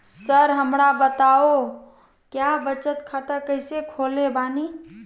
Sir हमरा बताओ क्या बचत खाता कैसे खोले बानी?